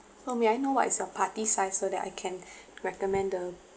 so may I know what's is your party size so that I can recommend the